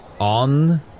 on